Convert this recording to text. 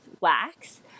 wax